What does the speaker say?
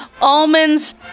Almonds